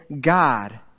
God